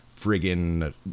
friggin